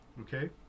okay